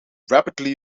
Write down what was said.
rapidly